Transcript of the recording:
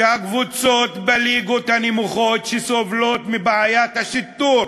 שהקבוצות בליגות הנמוכות שסובלות מבעיית השיטור,